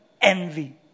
envy